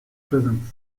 prisons